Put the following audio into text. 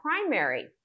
primary